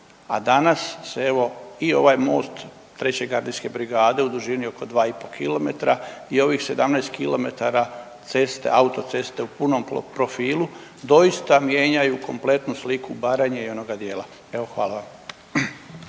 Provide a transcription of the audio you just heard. a danas se evo i ovaj most 3. gardijske brigade u dužini oko 2,5 kilometra i ovih 17 kilometara ceste, autoceste u punom profilu doista mijenjaju kompletnu sliku Baranje i onoga dijela. Evo, hvala vam.